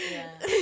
ya